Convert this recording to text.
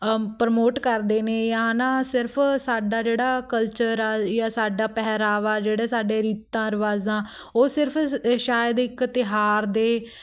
promote ਕਰਦੇ ਨੇ ਜਾਂ ਹੈ ਨਾ ਸਿਰਫ ਸਾਡਾ ਜਿਹੜਾ ਕਲਚਰ ਆ ਜਾਂ ਸਾਡਾ ਪਹਿਰਾਵਾ ਜਿਹੜੇ ਸਾਡੇ ਰੀਤਾਂ ਰਿਵਾਜ਼ਾਂ ਉਹ ਸਿਰਫ ਸ਼ਾਇਦ ਇੱਕ ਤਿਉਹਾਰ ਦੇ